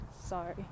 sorry